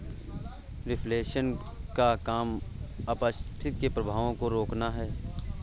reflation का काम अपस्फीति के प्रभावों को रोकना है